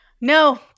No